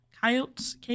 Coyotes